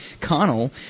Connell